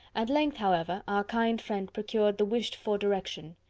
at length, however, our kind friend procured the wished-for direction.